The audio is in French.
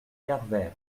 pierrevert